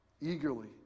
eagerly